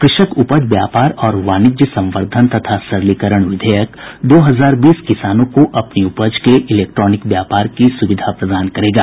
कृषक उपज व्यापार और वाणिज्य संवर्धन तथा सरलीकरण विधेयक दो हजार बीस किसानों को अपनी उपज के इलेक्ट्रॉनिक व्यापार की सुविधा भी प्रदान करेगा